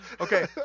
Okay